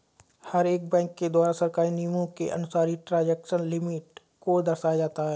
हर एक बैंक के द्वारा सरकारी नियमों के अनुसार ही ट्रांजेक्शन लिमिट को दर्शाया जाता है